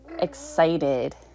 excited